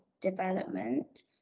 development